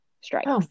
strikes